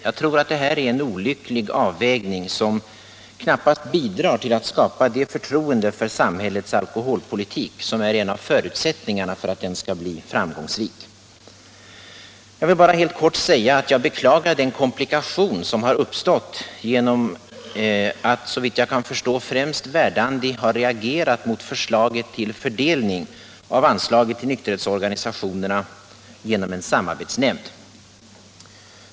Jag tror att detta är en olycklig avvägning som knappast bidrar till att skapa det förtroende för samhällets alkoholpolitik som är en av förutsättningarna för att den skall bli framgångsrik. Jag vill bara helt kort säga att jag beklagar den komplikation som uppstått genom att, såvitt jag kan förstå, främst Verdandi har reagerat mot förslaget om fördelning av anslaget till nykterhetsorganisationerna genom en samarbetsnämnd.